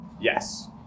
yes